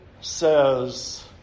says